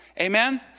Amen